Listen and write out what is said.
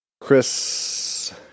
chris